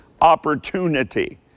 opportunity